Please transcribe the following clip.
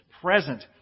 present